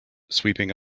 sweeping